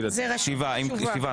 הצבעה